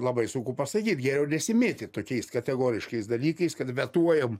labai sunku pasakyt geriau nesimėtyt tokiais kategoriškais dalykais kad vetuojam